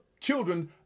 children